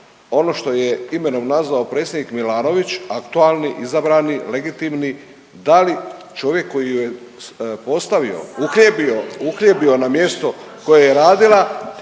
ono što je imenom nazvao predsjednik Milanović aktualni, izabrani, legitimni da li čovjek koji je postavio, uhljebio, uhljebio na mjesto koje je radila